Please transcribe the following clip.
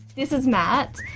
this is matt,